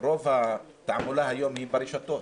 רוב התעמולה היום היא ברשתות.